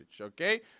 okay